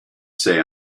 say